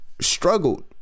struggled